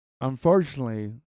unfortunately